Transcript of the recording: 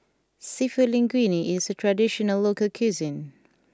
Seafood Linguine is a traditional local cuisine